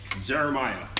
Jeremiah